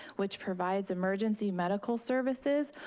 which provides emergency medical services,